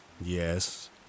yes